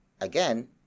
Again